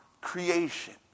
creation